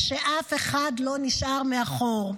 ושאף אחד לא נשאר מאחור.